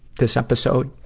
this episode.